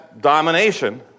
domination